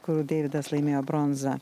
kur deividas laimėjo bronzą